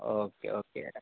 okay ಓಕೆಯಲ್ಲಾ